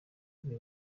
abiri